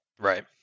Right